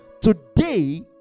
Today